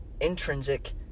intrinsic